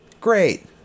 Great